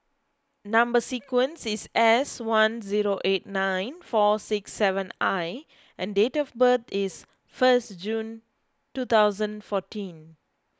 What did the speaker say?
Number Sequence is S one zero eight nine four six seven I and date of birth is first June two thousand fourteen